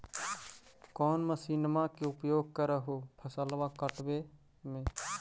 कौन मसिंनमा के उपयोग कर हो फसलबा काटबे में?